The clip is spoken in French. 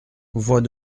voix